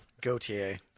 Gautier